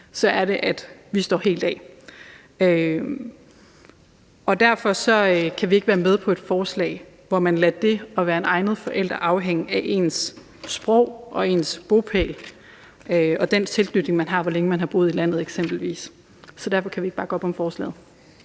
er det, at vi står helt af. Derfor kan vi ikke være med på et forslag, hvor vi lader det at være en egnet forælder afhænge af ens sprog og ens bopæl og af den tilknytning, man har, hvor længe man har boet i landet eksempelvis. Så derfor kan vi ikke bakke op om forslaget.